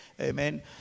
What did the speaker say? Amen